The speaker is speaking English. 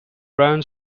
brian